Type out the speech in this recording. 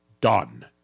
Done